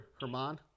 Herman